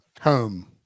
home